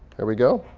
there we go.